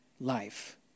life